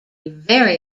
very